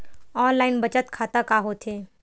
Online बचत खाता का होथे?